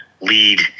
lead